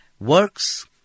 works